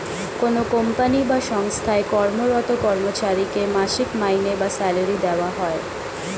কোনো কোম্পানি বা সঙ্গস্থায় কর্মরত কর্মচারীকে মাসিক মাইনে বা স্যালারি দেওয়া হয়